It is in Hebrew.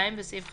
(2)בסעיף 15(א),